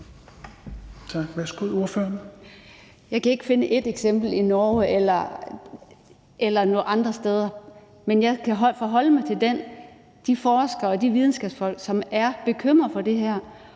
Kl. 16:49 Susanne Zimmer (FG): Jeg kan ikke finde et eksempel i Norge eller nogen andre steder, men jeg kan forholde mig til de forskere og de videnskabsfolk, som er bekymrede for det her,